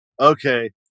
Okay